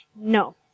No